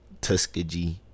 Tuskegee